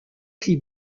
clips